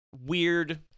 weird